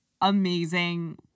amazing